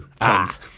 tons